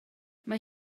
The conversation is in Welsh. mae